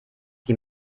die